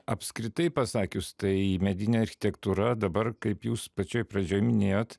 apskritai pasakius tai medinė architektūra dabar kaip jūs pačioj pradžioj minėjot